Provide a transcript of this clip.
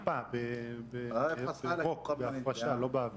תודה, לא, אני מוותר על זכותי.